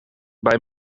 bij